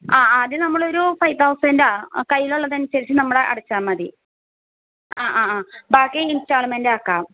ആ ആദ്യ നമ്മളൊരു ഫൈവ് തൗസൻ്റ് കയ്യിലുള്ളതനുസരിച്ച് നമ്മളടച്ചാൽ മതി ആ ആ ആ ബാക്കി ഇൻസ്റ്റാൾമെൻറ് ആക്കാം